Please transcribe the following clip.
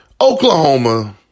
Oklahoma